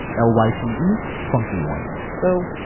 l y t e, funky ones. so